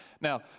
Now